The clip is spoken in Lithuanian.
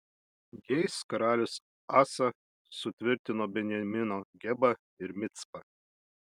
jais karalius asa sutvirtino benjamino gebą ir micpą